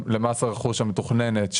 למס הרכוש המתוכננת,